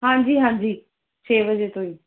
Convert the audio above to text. ਹਾਂਜੀ ਹਾਂਜੀ ਛੇ ਵਜੇ ਤੋਂ ਹੀ